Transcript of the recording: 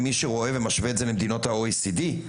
למי שמשווה אותו למדינות ה-OECD,